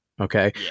Okay